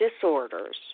disorders